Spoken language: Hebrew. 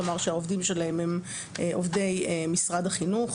כלומר שהעובדים שלהם הם עובדי משרד החינוך.